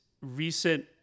recent